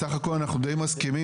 בסך הכל אנחנו די מסכימים,